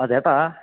ആ ചേട്ടാ